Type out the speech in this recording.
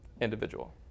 individual